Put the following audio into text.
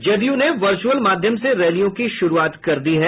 जदयू ने वर्च्रअल माध्यम से रैलियों की शुरूआत कर दी है